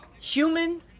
Human